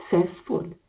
successful